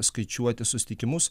skaičiuoti susitikimus